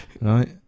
right